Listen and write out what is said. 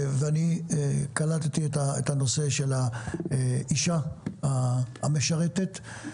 קלטתי את הנושא של האישה המשרתת,